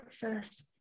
first